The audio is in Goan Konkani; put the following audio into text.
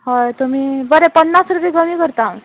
हय तुमी बरें पन्नास रुपया कमी करता हांव